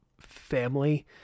family